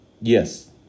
yes